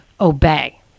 obey